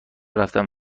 رفتم